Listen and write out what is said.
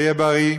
שיהיה בריא.